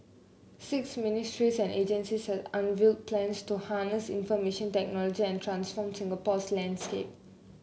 six ministries and agencies has unveiled plans to harness information technology and transform Singapore's landscape